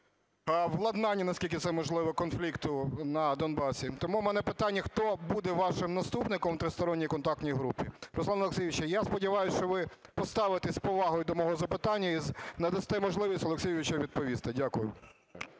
владнання, наскільки це можливо, конфлікту на Донбасі. Тому у мене питання, хто буде вашим наступником в Тристоронній контактній групі? Руслан Олексійович, я сподіваюсь, що ви поставитесь з повагою до мого запитання і надасте можливість Олексію Юрійовичу відповісти. Дякую.